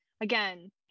again